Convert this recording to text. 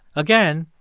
again,